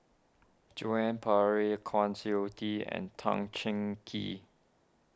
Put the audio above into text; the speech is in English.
Joan Pereira Kwa Siew Tee and Tan Cheng Kee